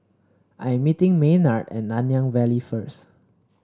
I'm meeting Maynard at Nanyang Valley first